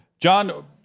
John